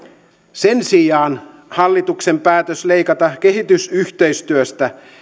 sen sijaan hallituksen päätös leikata kehitysyhteistyöstä